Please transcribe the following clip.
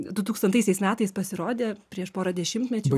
dutūkstantaisiais metais pasirodė prieš porą dešimtmečių